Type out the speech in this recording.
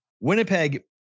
Winnipeg